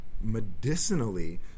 Medicinally